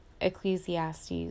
Ecclesiastes